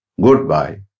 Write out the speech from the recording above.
goodbye